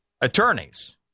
attorneys